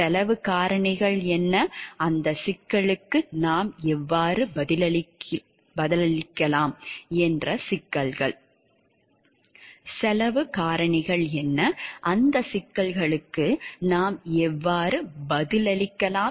செலவுக் காரணிகள் என்ன அந்தச் சிக்கல்களுக்கு நாம் எவ்வாறு பதிலளிக்கலாம் என்ற சிக்கல்கள்